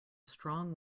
strong